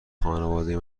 خانواده